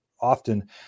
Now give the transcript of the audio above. often